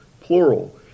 plural